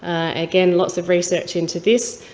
again, lots of research into this.